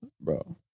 Bro